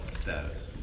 status